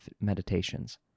meditations